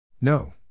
No